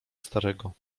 starego